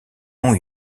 ont